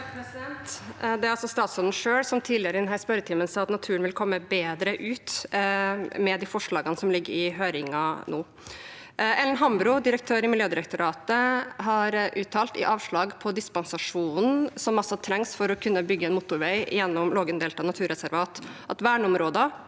altså statsråden selv som tidligere i denne spørretimen sa at naturen vil komme bedre ut med de forslagene som foreligger til høring nå. Ellen Hambro, direktør i Miljødirektoratet, har uttalt følgende i avslag på dispensasjonen som trengs for å kunne bygge en motorvei gjennom Lågendeltaet naturreservat: «Verneområder